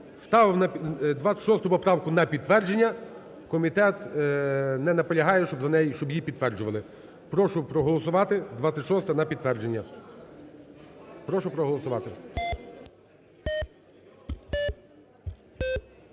Ставимо 26 поправку на підтвердження. Комітет не наполягає, щоб її підтверджували. Прошу проголосувати 26-а на підтвердження. Прошу проголосувати.